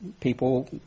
people